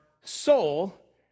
soul